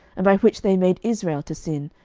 and by which they made israel to sin,